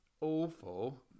awful